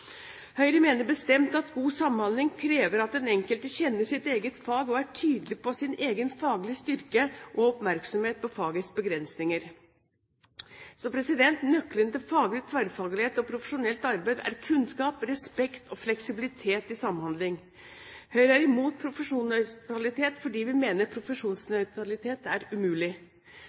Høyre mener bestemt at god samhandling krever at den enkelte kjenner sitt eget fag, er tydelig på sin egen faglige styrke og har oppmerksomhet på fagets begrensninger. Nøkkelen til faglig og tverrfaglig profesjonelt arbeid er kunnskap, respekt og fleksibilitet i samhandlingen. Høyre er imot profesjonsnøytralitet, fordi vi mener at profesjonsnøytralitet er umulig.